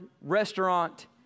restaurant